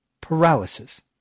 Paralysis